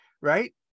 Right